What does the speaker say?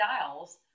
styles